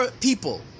people